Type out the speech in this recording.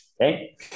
Okay